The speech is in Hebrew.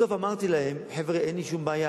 בסוף אמרתי להם: חבר'ה, אין לי שום בעיה.